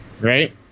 right